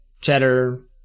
cheddar